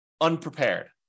unprepared